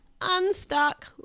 unstuck